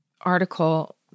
article